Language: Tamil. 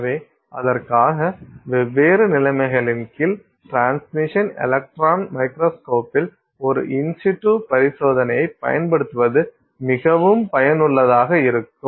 எனவே அதற்காக வெவ்வேறு நிலைமைகளின் கீழ் டிரான்ஸ்மிஷன் எலக்ட்ரான் மைக்ரோஸ்கோப்பில் ஒரு இன் சிட்டு பரிசோதனையைப் பயன்படுத்துவது மிகவும் பயனுள்ளதாக இருக்கும்